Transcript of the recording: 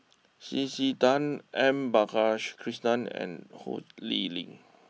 C C Tan M and Ho Lee Ling